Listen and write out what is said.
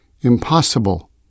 impossible